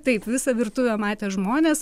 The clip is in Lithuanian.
taip visą virtuvę matė žmonės